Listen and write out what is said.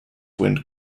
wind